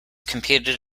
competed